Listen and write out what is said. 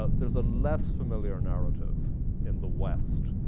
ah there's a less familiar narrative in the west,